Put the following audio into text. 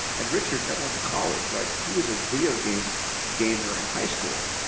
and richard never went to college, right? he was a video game gamer in high school,